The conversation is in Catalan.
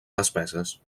despeses